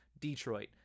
Detroit